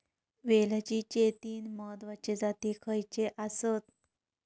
वेलचीचे तीन महत्वाचे जाती खयचे आसत?